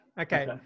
Okay